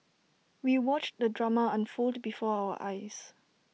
we watched the drama unfold before our eyes